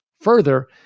Further